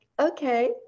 okay